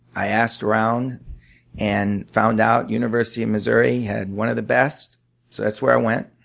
i asked around and found out university of missouri had one of the best, so that's where i went.